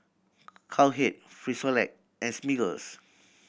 Cowhead Frisolac and Smiggles